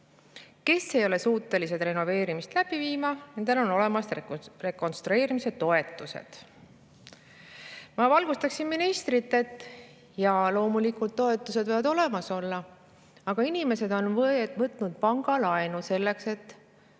kes ei ole suutelised renoveerimist läbi viima, on rekonstrueerimise toetused. Ma valgustaksin ministrit: jaa, loomulikult võivad toetused olemas olla, aga inimesed on võtnud pangalaenu selleks, et